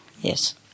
Yes